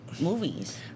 movies